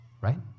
Right